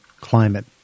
climate